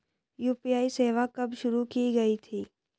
UPI सेवा कब शुरू की गई थी?